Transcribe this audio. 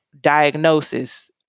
diagnosis